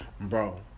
bro